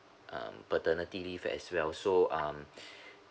um paternity leave as well so um